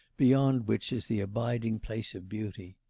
beyond which is the abiding place of beauty.